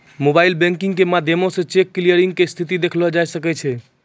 mobile banking के माध्यमो से चेक क्लियरिंग के स्थिति देखलो जाय सकै छै